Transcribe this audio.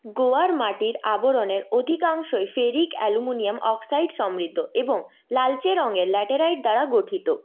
গোয়ার মাটির আবরণের অধিকাংশই ফেরিক অ্যালুমিনিয়াম অক্সাইড সমৃদ্ধ এবং লালচে রঙের ল্যাটেরাইট দ্বারা গঠিত